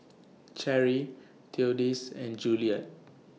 Sherry Theodis and Juliet